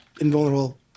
invulnerable